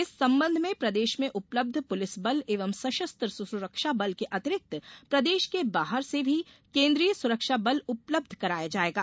इस संबंध में प्रदेश में उपलब्ध पुलिस बल एवं सशस्त्र सुरक्षा बल के अतिरिक्त प्रदेश के बाहर से भी केन्द्रीय सुरक्षा बल उपलब्ध कराया जाएगा